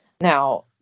now